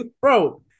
Bro